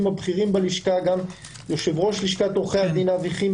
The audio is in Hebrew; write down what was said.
הבכירים בלשכה - גם יושב-ראש לשכת עורכי הדין אבי חימי